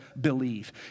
believe